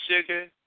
sugar